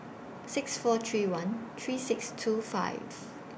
six four three one three six two five